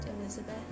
Elizabeth